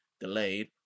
delayed